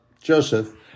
Joseph